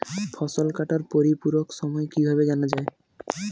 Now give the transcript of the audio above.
ফসল কাটার পরিপূরক সময় কিভাবে জানা যায়?